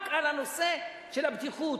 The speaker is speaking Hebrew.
רק בנושא הבטיחות.